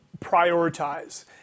prioritize